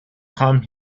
come